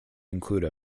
include